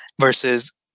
versus